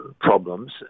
problems